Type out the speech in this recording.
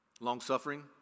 Long-suffering